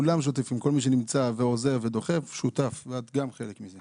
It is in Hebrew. כל מי שנמצא ועוזר ודוחף, שותף, ואת גם חלק מזה.